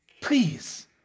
please